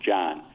John